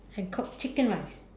and cook chicken rice